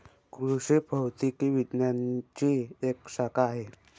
कृषि भौतिकी विज्ञानची एक शाखा आहे